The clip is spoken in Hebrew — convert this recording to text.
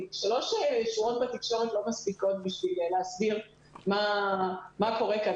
שלוש שורות בתקשורת לא מספיקות בשביל להסביר מה קורה כאן.